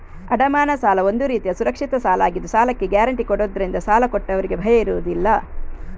ಅಡಮಾನ ಸಾಲ ಒಂದು ರೀತಿಯ ಸುರಕ್ಷಿತ ಸಾಲ ಆಗಿದ್ದು ಸಾಲಕ್ಕೆ ಗ್ಯಾರಂಟಿ ಕೊಡುದ್ರಿಂದ ಸಾಲ ಕೊಟ್ಟವ್ರಿಗೆ ಭಯ ಇರುದಿಲ್ಲ